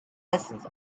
lessons